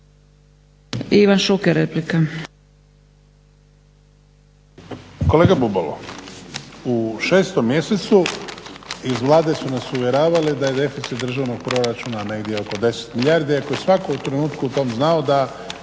Ivan Šuker replika.